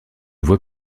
voie